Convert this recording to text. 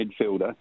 midfielder